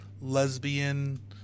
lesbian